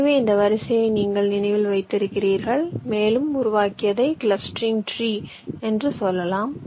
எனவே இந்த வரிசையை நீங்கள் நினைவில் வைத்திருக்கிறீர்கள் மேலும் உருவாக்கியதை கிளஸ்டரிங் ட்ரீ என்று சொல்லலாம்